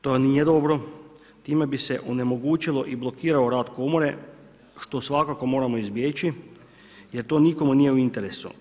To nije dobro, time bi se onemogućilo i blokirao rad komore što svakako moramo izbjeći jer to nikome nije u interesu.